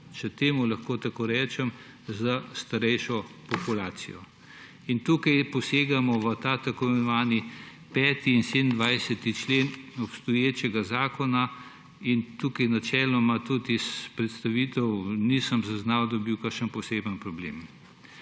če temu lahko tako rečem, za starejšo populacijo. In tukaj posegamo v ta tako imenovani 5. in 27. člen obstoječega zakona in tukaj načeloma tudi iz predstavitev nisem zaznal, da bi bil kakšen poseben problem.